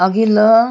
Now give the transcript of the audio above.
अघिल्लो